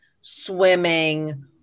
swimming